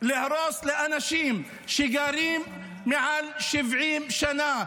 להרוס לאנשים שגרים מעל 70 שנה,